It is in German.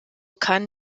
kann